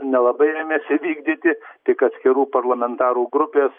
nelabai ėmėsi vykdyti tik atskirų parlamentarų grupės